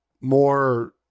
more